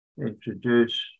introduce